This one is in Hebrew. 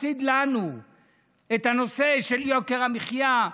הפסיד לנו את הנושא של יוקר המחיה,